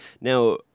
Now